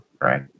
right